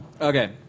Okay